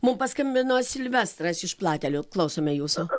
mum paskambino silvestras iš platelių klausome jūsų